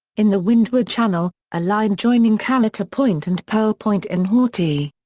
in the windward channel a line joining caleta point and pearl point in haiti.